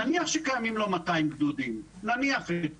נניח שקיימים לו 200 גדודים, נניח את זה,